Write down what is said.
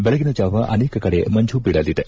ಬೆಳಗಿನ ಜಾವ ಅನೇಕ ಕಡೆ ಮಂಜು ಬೀಳಲಿದೆ